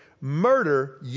Murder